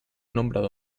nombrada